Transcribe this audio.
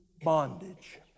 bondage